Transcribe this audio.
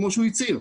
כמו שהוא הצהיר,